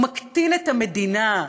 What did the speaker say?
הוא מקטין את המדינה.